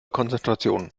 konzentration